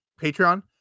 Patreon